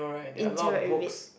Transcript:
interact with it